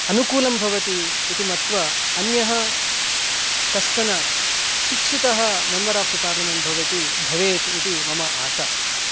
अनुकूलं भवति इति मत्वा अन्यः कश्चन शिक्षितः आफ् दि पार्लिमेण्ट् भवति भवेत् इति मम आशा